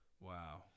Wow